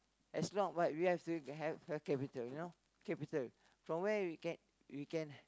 as long what we have to have have capital you know capital from where we can we can